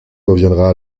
reviendra